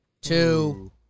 two